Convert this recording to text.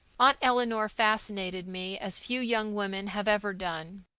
aunt eleanor fascinated me as few young women have ever done.